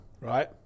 Right